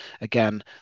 again